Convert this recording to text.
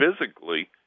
physically